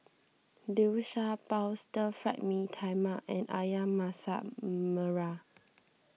Liu Sha Bao Stir Fried Mee Tai Mak and Ayam Masak Merah